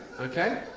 Okay